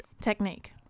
technique